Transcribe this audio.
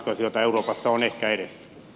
arvoisa puhemies